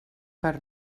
per